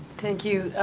thank you.